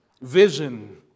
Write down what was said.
vision